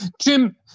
Jim